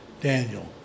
Daniel